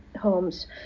homes